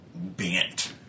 Bent